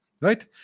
right